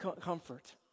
comfort